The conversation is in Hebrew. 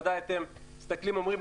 ודאי אתם מסתכלים ואומרים,